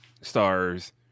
stars